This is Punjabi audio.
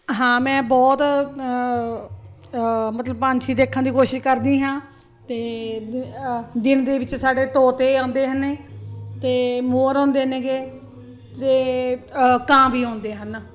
ਹਾਂ ਮੈਂ ਬਹੁਤ ਮਤਲਬ ਪੰਛੀ ਦੇਖਣ ਦੀ ਕੋਸ਼ਿਸ਼ ਕਰਦੀ ਹਾਂ ਅਤੇ ਦਿਨ ਦੇ ਵਿੱਚ ਸਾਡੇ ਤੋਤੇ ਆਉਂਦੇ ਹਨ ਅਤੇ ਮੋਰ ਆਉਂਦੇ ਨੇਗੇ ਅਤੇ ਕਾਂ ਵੀ ਆਉਂਦੇ ਹਨ